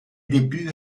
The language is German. debüt